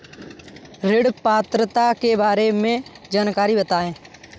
ऋण पात्रता के बारे में जानकारी बताएँ?